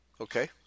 Okay